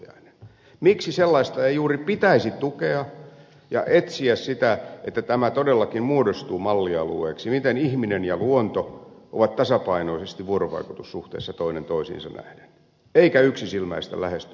pulliainen miksi sellaista ei juuri pitäisi tukea ja etsiä sitä että tämä todellakin muodostuu mallialueeksi miten ihminen ja luonto ovat tasapainoisesti vuorovaikutussuhteessa toinen toisiinsa nähden eikä yksisilmäistä lähestymiskantaa